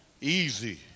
easy